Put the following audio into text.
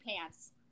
pants